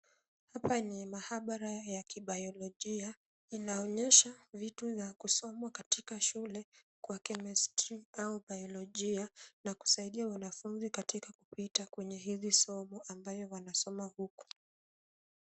Hapa ni maabara ya kibiolojia. Inaonyesha vitu za kusomwa katika shule kwa Chemistry au biolojia na kusaidia wanafunzi katika kupita kwenye hizi somo ambayo wanasoma huku.